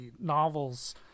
novels